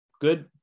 good